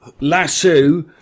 lasso